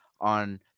on